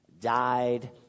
died